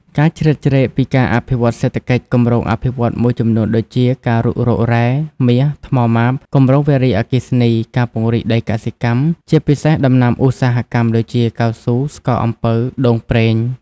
ការជ្រៀតជ្រែកពីការអភិវឌ្ឍសេដ្ឋកិច្ច គម្រោងអភិវឌ្ឍន៍មួយចំនួនដូចជា ការរុករករ៉ែ មាស ថ្មម៉ាប គម្រោងវារីអគ្គិសនី ការពង្រីកដីកសិកម្ម ជាពិសេសដំណាំឧស្សាហកម្មដូចជា កៅស៊ូ ស្ករអំពៅ ដូងប្រេង។